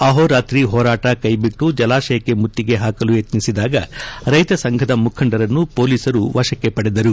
ಅಹೋ ರಾತ್ರಿ ಹೋರಾಟ ಕೈ ಬಿಟ್ಟು ಜಲಾಶಯಕ್ಕೆ ಮುತ್ತಿಗೆ ಹಾಕಲು ಯಕ್ನಿಸಿದಾಗ ರೈತ ಸಂಘದ ಮುಖಂಡರನ್ನು ಮೊಲೀಸರು ವಶಕ್ಕೆ ಪಡೆದರು